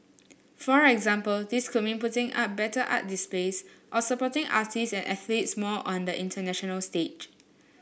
for example this could mean putting up better art displays or supporting artists and athletes more on the international stage